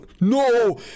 No